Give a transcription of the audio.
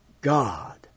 God